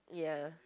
ya